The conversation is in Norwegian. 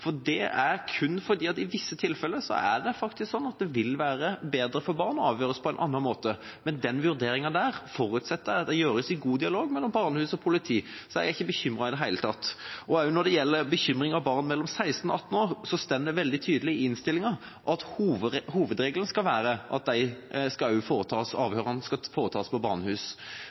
for dette er kun fordi det i visse tilfeller faktisk er sånn at det vil være bedre for barn å avhøres på en annen måte. Men jeg forutsetter at den vurderinga gjøres i god dialog mellom barnehus og politi. Så jeg er ikke bekymret i det hele tatt. Også når det gjelder bekymringa for barn mellom 16 og 18 år, står det veldig tydelig i innstillinga at hovedregelen skal være at avhørene skal foretas på barnehus.